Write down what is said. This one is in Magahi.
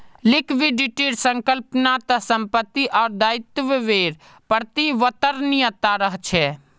लिक्विडिटीर संकल्पना त संपत्ति आर दायित्वेर परिवर्तनीयता रहछे